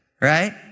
right